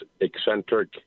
eccentric